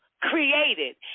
created